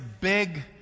big